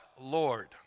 Lord